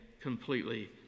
completely